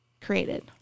created